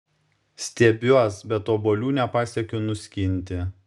stiebiuos bet obuolių nepasiekiu nuskinti